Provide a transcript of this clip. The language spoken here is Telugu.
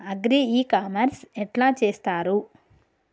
అగ్రి ఇ కామర్స్ ఎట్ల చేస్తరు?